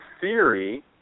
theory